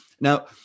now